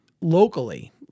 locally